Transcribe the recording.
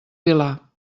vilar